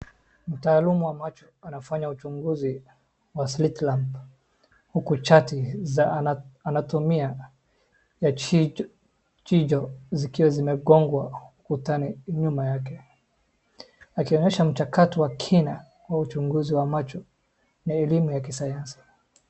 Mtaalumu wa macho anafanya uchunguzi wa slit lamp huku chati zenye anatumia za jicho zikiwa zimegongwa ukutani nyuma yake. Akiongoza mchakato wa kina wa uchunguzi wa macho na elimu ya kisayansi.